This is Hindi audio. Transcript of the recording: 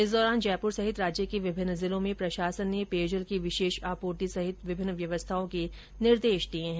इस दौरान जयपुर सहित राज्य के विभिन्न जिलों में प्रशासन ने पेयजल की विशेष आपूर्ति सहित विभिन्न व्यवस्थाओं के निर्देश दिये है